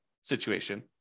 situation